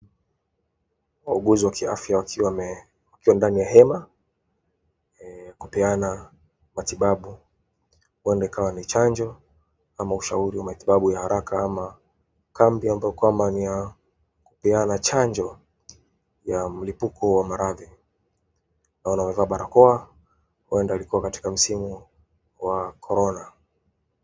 Wauguzi wa kiafya wakiwa ndani ya hema kupeana matibabu huenda ikawa ni chanjo ama ushauri wa matibabu ya haraka ama kambi ambayo kwamba ni kupeana chanjo ya mlipuko wa maradhi naona wamevaa barakoa huenda walikua katika msimu wa corona.